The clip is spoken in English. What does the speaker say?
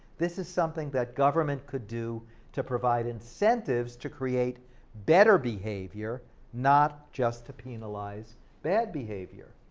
this is something that government could do to provide incentives to create better behavior not just to penalize bad behavior,